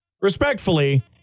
respectfully